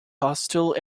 hostile